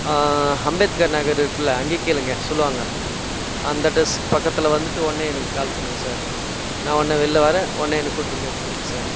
அம்பேத்கர் நகர் இருக்குதுல அங்கேயே கேளுங்க சொல்லுவாங்க அந்த அட்ரஸ்க்கு பக்கத்தில் வந்துட்டு உடனே எனக்கு கால் பண்ணுங்க சார் நான் உடனே வெளில வரேன் உடனே என்னை கூப்ட்டு போய்ட்டு விடுங்க சார்